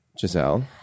Giselle